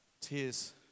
tears